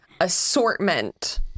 assortment